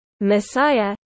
Messiah